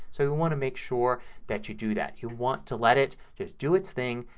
so you want to make sure that you do that. you want to let it just do its thing.